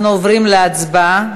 אנחנו עוברים להצבעה.